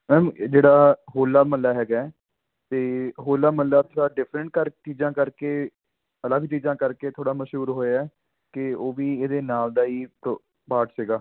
ma'am ਜਿਹੜਾ ਹੋਲਾ ਮਹੱਲਾ ਹੈਗਾ ਹੈ ਅਤੇ ਹੋਲਾ ਮਹੱਲਾ ਦਾ ਡਿਫਰੈਂਟ ਕਰ ਚੀਜ਼ਾਂ ਕਰਕੇ ਅਲੱਗ ਚੀਜ਼ਾਂ ਕਰਕੇ ਥੋੜ੍ਹਾ ਮਸ਼ਹੂਰ ਹੋਇਆ ਕਿ ਉਹ ਵੀ ਇਹਦੇ ਨਾਲ ਦਾ ਹੀ ਇੱਕ ਪਾਰਟ ਸੀਗਾ